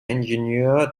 ingenieur